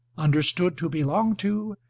understood to belong to,